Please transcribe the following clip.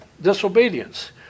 disobedience